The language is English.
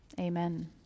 Amen